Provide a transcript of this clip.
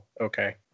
okay